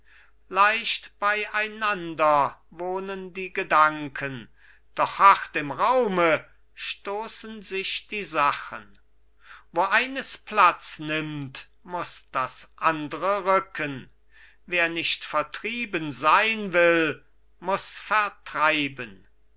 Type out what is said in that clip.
leicht beieinander wohnen die gedanken doch hart im raume stoßen sich die sachen wo eines platz nimmt muß das andre rücken wer nicht vertrieben sein will muß vertreiben